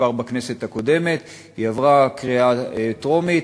היא עברה בקריאה טרומית,